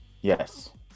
yes